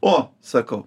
o sakau